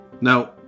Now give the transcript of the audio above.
Now